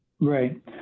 Right